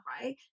right